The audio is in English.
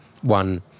one